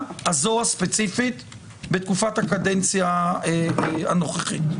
הזו הספציפית בתקופת הקדנציה הנוכחית.